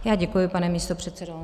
Já děkuji, pane místopředsedo.